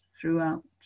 throughout